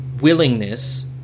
willingness